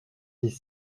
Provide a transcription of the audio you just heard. dix